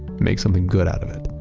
make something good out of it,